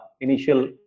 initial